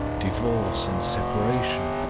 divorce and separation?